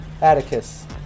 Atticus